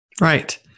Right